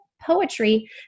poetry